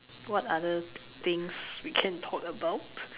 what other things we can talk about